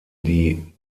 die